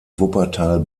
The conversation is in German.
wuppertal